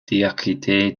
diacritée